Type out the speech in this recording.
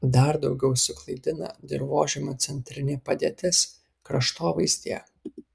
dar daugiau suklaidina dirvožemio centrinė padėtis kraštovaizdyje